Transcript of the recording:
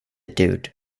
dude